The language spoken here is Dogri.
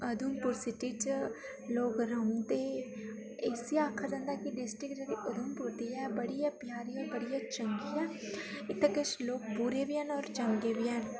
उधमपुर सीटी च लोक रौंह्दे इसी आखेआ जंदा कि डिस्टक जेह्ड़ी उधमपुर दी ऐ बड़ी गै प्यारी ऐ बड़ी गै चंगी ऐ इत्थैं किश लोक बुरे बी हैन होर चंगे बी हैन